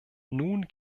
nun